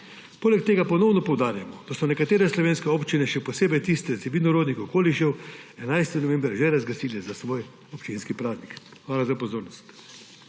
Poleg tega ponovno poudarjamo, da so nekatere slovenske občine, še posebej tiste iz vinorodnih okolišev, 11. november že razglasile za svoj občinski praznik. Hvala za pozornost.